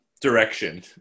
direction